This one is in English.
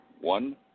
one